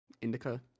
Indica